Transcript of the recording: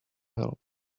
help